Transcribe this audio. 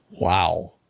wow